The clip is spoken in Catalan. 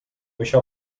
això